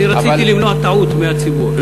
אבל, אני רציתי למנוע טעות מהציבור.